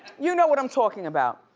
you know what i'm talking about.